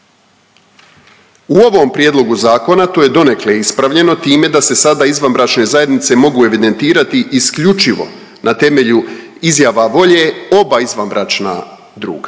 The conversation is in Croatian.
U ovom prijedlogu zakona to je donekle ispravljeno time da se sada izvanbračne zajednice mogu evidentirati isključivo na temelju izjava volje oba izvanbračna druga,